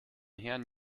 herrn